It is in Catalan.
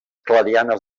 clarianes